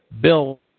Bill